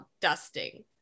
dusting